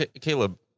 Caleb